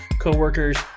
coworkers